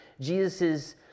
Jesus